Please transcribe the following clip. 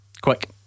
Quick